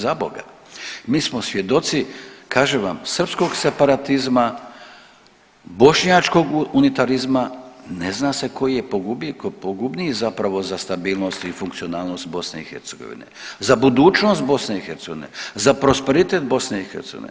Zaboga mi smo svjedoci kažem vam srpskog separatizma, bošnjačkog unitarizma, ne znam koji je pogubniji zapravo za stabilnost i funkcionalnost BiH, za budućnost BiH, za prosperitet BiH.